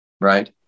right